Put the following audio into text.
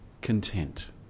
content